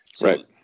right